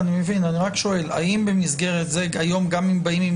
האם במסגרת זה היום גם אם באים עם